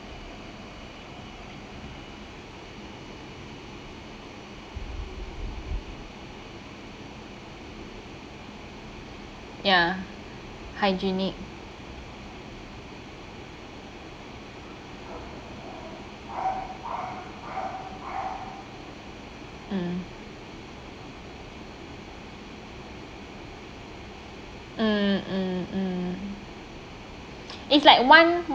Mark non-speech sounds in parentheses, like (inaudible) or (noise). (noise) ya hygienic (noise) mm mm mm mm (noise) it's like one